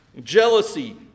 jealousy